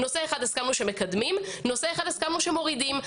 נושא אחד הסכמנו שמקדמים ונושא אחד הסכמנו שמורידים.